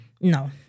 No